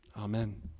Amen